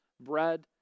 bread